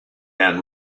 and